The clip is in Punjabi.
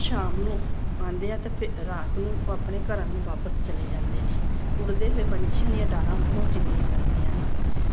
ਸ਼ਾਮ ਨੂੰ ਆਉਂਦੇ ਆ ਅਤੇ ਫਿਰ ਰਾਤ ਨੂੰ ਆਪਣੇ ਘਰਾਂ ਨੂੰ ਵਾਪਸ ਚਲੇ ਜਾਂਦੇ ਨੇ ਉੱਡਦੇ ਹੋਏ ਪੰਛੀਆਂ ਦੀਆਂ ਡਾਰਾਂ ਬਹੁਤ ਚੰਗੀਆਂ ਲੱਗਦੀਆਂ ਨੇ